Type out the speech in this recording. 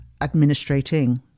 administrating